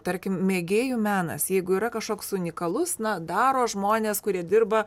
tarkim mėgėjų menas jeigu yra kažkoks unikalus na daro žmonės kurie dirba